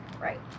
Right